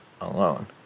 alone